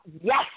Yes